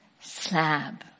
slab